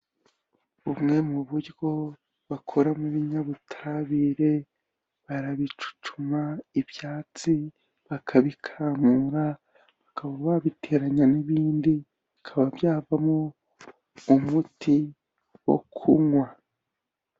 Bumwe mu buryo bakuramo ibinyabutabire, barabicucuma ibyatsi bakabikamura bakaba babiteranya n'ibindi, bikaba byavamo umuti wo kunywa.